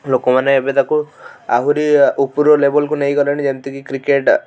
ଲୋକମାନେ ଏବେ ତାକୁ ଆହୁରି ଉପର ଲେବଲ କୁ ନେଇ ଗଲେଣି ଯେମିତିକି କ୍ରିକେଟ